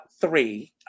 three